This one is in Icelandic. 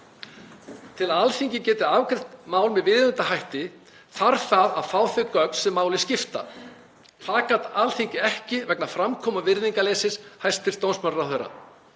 til að Alþingi geti afgreitt mál með viðeigandi hætti þarf það að fá þau gögn sem máli skipta. Það gat Alþingi ekki vegna framkomu og virðingarleysis hæstv. dómsmálaráðherra.